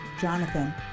Jonathan